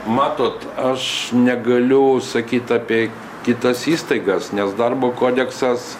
matot aš negaliu sakyt apie kitas įstaigas nes darbo kodeksas